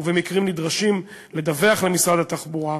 ובמקרים נדרשים דיווח למשרד התחבורה,